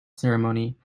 ceremony